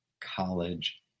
college